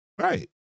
right